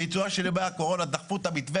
בעיצומם של ימי הקורונה דחפו את המתווה